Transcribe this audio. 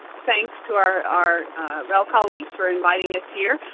thanks to our our rel colleagues for inviting us here.